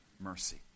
mercy